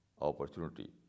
opportunity